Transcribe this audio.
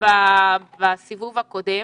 בסיבוב הקודם.